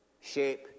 shape